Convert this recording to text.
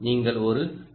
நீங்கள் ஒரு பி